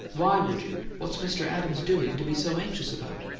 why would you? what's mr. adams doing to be so anxious about?